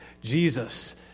Jesus